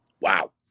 Wow